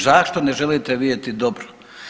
Zašto ne želite vidjeti dobro?